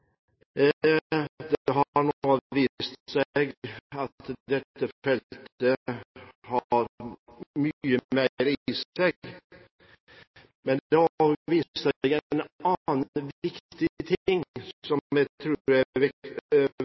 har nå vist seg at dette feltet har mye mer i seg. Men det har også vist en annen viktig